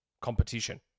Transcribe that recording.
competition